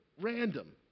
random